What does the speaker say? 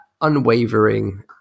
unwavering